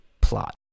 plot